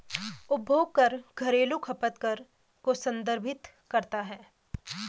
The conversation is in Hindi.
उपभोग कर घरेलू खपत कर को संदर्भित करता है